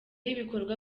ibikorwa